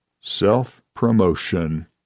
Self-promotion